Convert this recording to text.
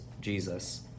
Jesus